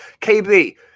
KB